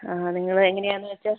ആ നിങ്ങൾ എങ്ങനെയാണെന്ന് വെച്ചാൽ